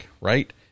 right